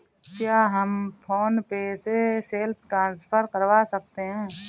क्या हम PhonePe से भी सेल्फ ट्रांसफर करवा सकते हैं?